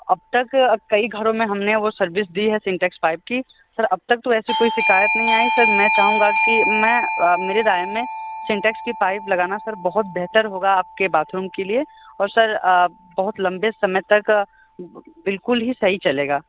अब तक कई घरों में हमने वो सर्विस दी है सिंटेक्स पाइप की सर अब तक तो ऐसी कोई शिकायत नहीं आई सर मैं चाहूंगा कि मैं मेरी राय में सिंटेक्स की पाइप लगाना सर बहुत बेहतर होगा सर आपके बाथरूम के लिए और सर बहुत लंबे समय तक बिलकुल ही सही चलेगा